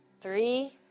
Three